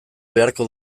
beharko